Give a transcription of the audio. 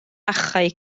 achau